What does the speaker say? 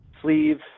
sleeve